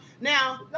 Now